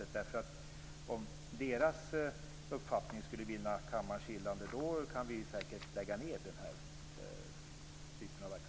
Om Miljöpartiets uppfattning skulle vinna kammarens gillande kan vi säkert lägga ned denna typ av verksamhet.